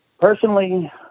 Personally